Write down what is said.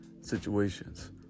situations